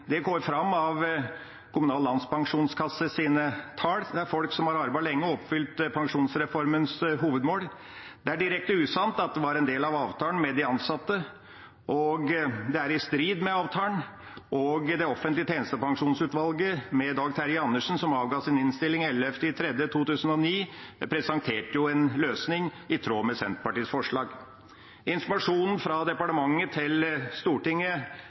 går fram av Kommunal Landspensjonskasses tall. Det er folk som har arbeidet lenge og oppfylt pensjonsreformens hovedmål. Det er direkte usant at det var en del av avtalen med de ansatte. Det er i strid med avtalen. Det offentlige tjenestepensjonsutvalget ledet av Dag Terje Andersen, som avga sin innstilling 11. mars 2009, presenterte en løsning i tråd med Senterpartiets forslag. Informasjonen fra departementet til Stortinget